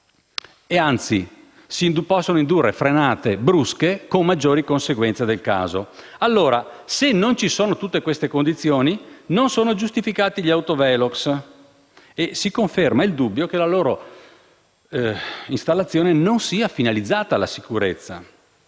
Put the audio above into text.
anzi, si possono indurre frenate brusche con le conseguenze del caso. Se non ci sono tutte queste condizioni non sono giustificati gli autovelox e si conferma il dubbio che la loro installazione non sia finalizzata alla sicurezza.